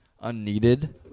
unneeded